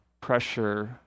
pressure